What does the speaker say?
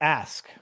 ask